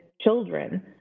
children